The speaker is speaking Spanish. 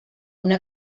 una